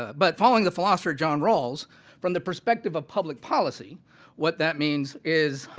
ah but following the philosopher john rawls from the perspective of public policy what that means is